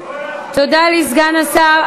תודה לסגן השר.